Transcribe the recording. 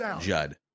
judd